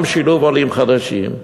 גם שילוב עולים חדשים,